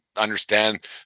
understand